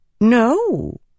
No